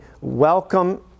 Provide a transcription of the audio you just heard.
welcome